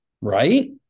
Right